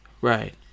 Right